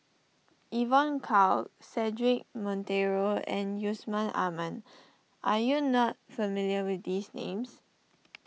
Evon Kow Cedric Monteiro and Yusman Aman are you not familiar with these names